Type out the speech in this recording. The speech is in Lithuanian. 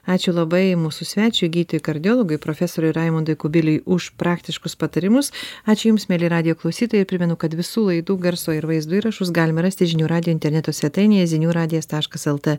ačiū labai mūsų svečiui gydytojui kardiologui profesoriui raimundui kubiliui už praktiškus patarimus ačiū jums mieli radijo klausytojai primenu kad visų laidų garso ir vaizdo įrašus galima rasti žinių radijo interneto svetainėje zinių radijas taškas lt